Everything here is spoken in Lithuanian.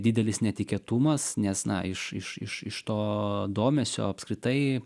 didelis netikėtumas nes na iš iš iš iš to domesio apskritai